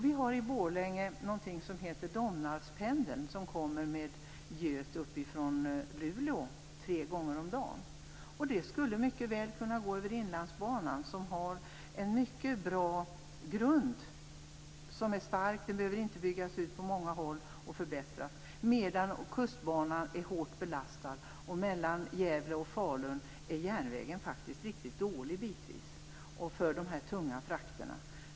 Vi har i Borlänge något som heter Domnarvspendeln, som kommer med göt från Luleå tre gånger om dagen. Den skulle mycket väl kunna gå över Inlandsbanan, som har en mycket bra grund. Den är stark och behöver inte byggas ut på många håll. Kustbanan är däremot hårt belastad, och mellan Gävle och Falun är järnvägen bitvis faktiskt riktigt dålig för de här tunga frakterna.